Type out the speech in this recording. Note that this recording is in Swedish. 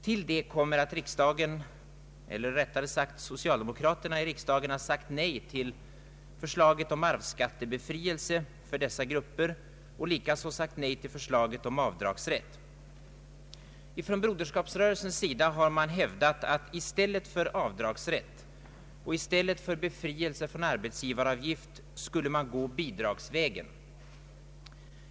Till det kommer att riksdagen eller rättare sagt socialdemokraterna i riksdagen har sagt nej till förslaget om arvsskattebefrielse för dessa grupper och likaså sagt nej till förslaget om avdragsrätt. Från Broderskapsrörelsens sida har hävdats att man i stället för avdragsrätt och i stället för befrielse från arbetsgivaravgift skulle gå bidragsvägen.